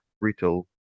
retail